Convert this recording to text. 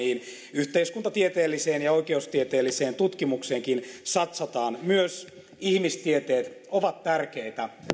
yhteiskuntatieteelliseen ja oikeustieteelliseen tutkimukseenkin satsataan myös ihmistieteet ovat tärkeitä